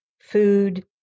food